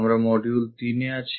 আমরা এখন মডিউল তিনে আছি